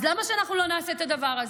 אז למה שאנחנו לא נעשה את הדבר הזה?